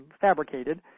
fabricated